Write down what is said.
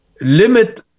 limit